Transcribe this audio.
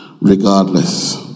regardless